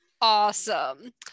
Awesome